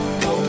go